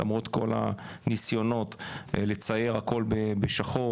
למרות כל הניסיונות לצייר הכול בשחור